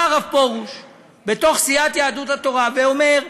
בא הרב פרוש בתוך סיעת יהדות התורה ואומר: